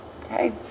Okay